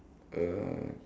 uh